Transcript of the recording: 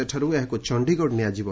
ସେଠାରୁ ଏହାକୁ ଚଣ୍ଡୀଗଡ଼ ନିଆଯିବ